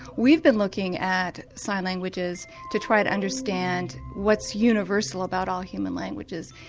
we've been looking at sign languages to try to understand what's universal about all human languages,